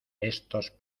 estos